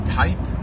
type